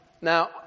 Now